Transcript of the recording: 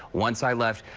once i left,